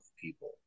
people